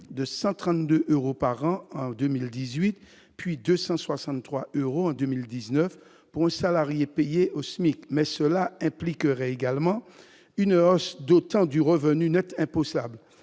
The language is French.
de 132 euros par an en 2018 puis 263 euros en 2019 pour un un salarié payé au SMIC mais cela impliquerait également une hausse d'autant du revenu Net imposable